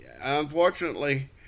unfortunately